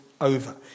over